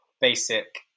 basic